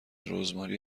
رزماری